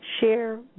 Share